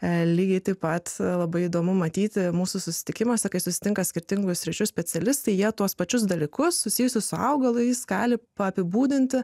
lygiai taip pat labai įdomu matyti mūsų susitikimuose kai susitinka skirtingų sričių specialistai jie tuos pačius dalykus susijusius su augalais gali apibūdinti